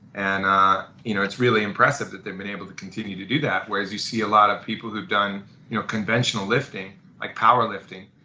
and ah you know it's really impressive that they have been able to continue to do that whereas you see a lot of people who've done you know conventional lifting like power lifting,